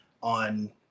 on